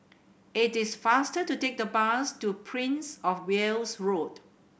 it is faster to take the bus to Prince Of Wales Road